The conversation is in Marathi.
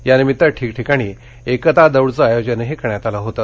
यानिमित्त ठिकठीकाणी एकता दौडचं आयोजनही करण्यात आलं होतं